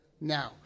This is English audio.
now